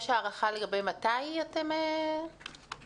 יש הערכה לגבי מתי אתם תסיימו?